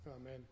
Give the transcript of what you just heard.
Amen